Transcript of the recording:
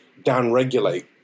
downregulate